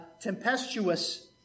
tempestuous